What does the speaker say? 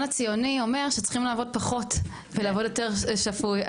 הציוני אומר שצריכים לעבוד פחות ויותר שפוי,